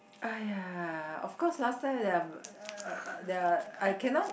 !aiya! of course last time they are uh uh they are I cannot